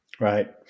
Right